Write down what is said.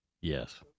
Yes